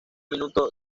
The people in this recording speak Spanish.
minuto